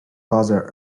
bother